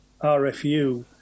RFU